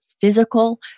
physical